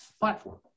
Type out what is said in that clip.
platform